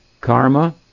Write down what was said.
Karma